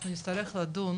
אנחנו נצטרך לדון,